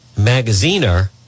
Magaziner